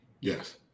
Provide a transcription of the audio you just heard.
Yes